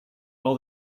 all